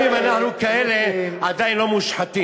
וגם אם אנחנו כאלה, עדיין לא מושחתים.